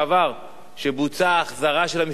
כשבוצעה החזרה של המסתננים לדרום-סודן,